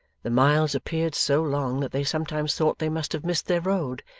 the miles appeared so long that they sometimes thought they must have missed their road.